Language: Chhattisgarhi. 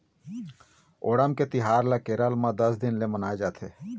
ओणम के तिहार ल केरल म दस दिन ले मनाए जाथे